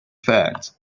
facts